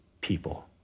people